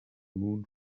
moon